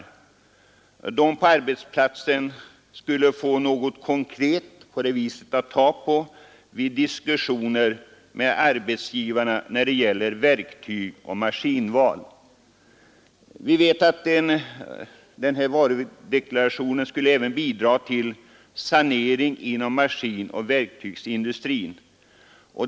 De som är verksamma på arbetsplatsen skulle på det viset få något konkret att ta på vid sina diskussioner med arbetsgivarna om verktygsoch maskinval. En sådan varudeklaration skulle även bidra till sanering inom maskinoch verktygsindustrin.